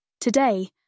Today